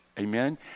amen